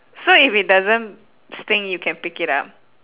so if it doesn't sting you can pick it up